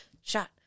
shot